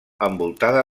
envoltada